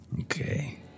Okay